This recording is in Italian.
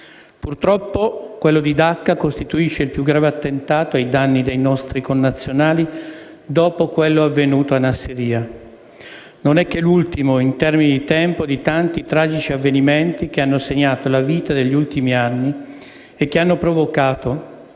Purtroppo quello di Dacca costituisce il più grave attentato ai danni dei nostri connazionali dopo quello avvenuto a Nassiriya. Non è che l'ultimo, in termini di tempo, di tanti tragici avvenimenti che hanno segnato la vita degli ultimi anni e che hanno provocato